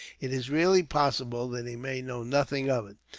it is really possible that he may know nothing of it.